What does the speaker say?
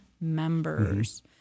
members